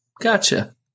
gotcha